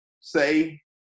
say